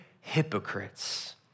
hypocrites